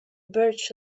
birch